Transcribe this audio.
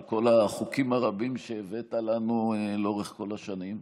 על כל החוקים הרבים שהבאת לנו לאורך כל השנים.